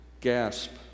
gasp